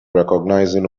recognizing